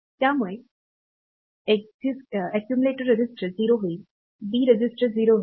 त्यामुळे accumulator register 0 होईल B register 0 होईल